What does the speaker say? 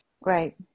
Right